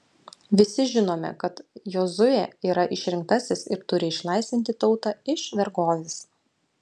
visi žinome kad jozuė yra išrinktasis ir turi išlaisvinti tautą iš vergovės